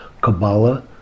Kabbalah